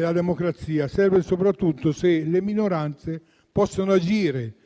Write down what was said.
la democrazia servono soprattutto se le minoranze possono agire